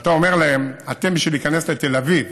כשאתה אומר להם: אתם, בשביל להיכנס לתל אביב